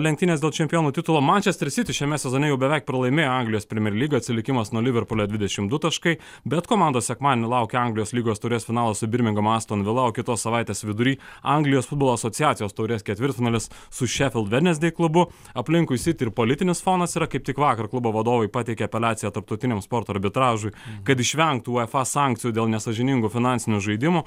lenktynės dėl čempionų titulo manchester city šiame sezone jau beveik pralaimėjo anglijos premier lyga atsilikimas nuo liverpulio dvidešimt du taškai bet komandos sekmadienį laukia anglijos lygos taurės finalas su birmingemo aston villa o kitos savaitės vidury anglijos futbolo asociacijos taurės ketvirtfinalis su sheffield wednesday klubų aplinkui city ir politinis fonas yra kaip tik vakar klubo vadovai pateikė apeliaciją tarptautiniam sporto arbitražui kad išvengtų uefa sankcijų dėl nesąžiningų finansinių žaidimų